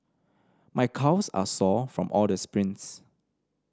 my calves are sore from all the sprints